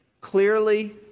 Clearly